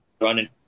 running